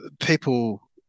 People